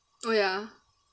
oh ya